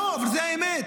לא, אבל זאת האמת.